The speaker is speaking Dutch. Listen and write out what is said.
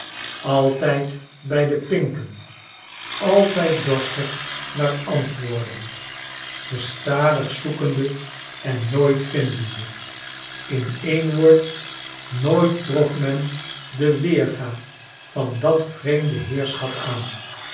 altijd bij de pinken altijd dorstig naar antwoorden gestadig zoekende en nooit vindende in en woord nooit trof men de weerga van dat vreemde heerschap aan